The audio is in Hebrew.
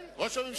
כן, ראש הממשלה.